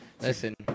listen